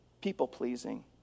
people-pleasing